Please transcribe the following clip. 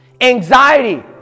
anxiety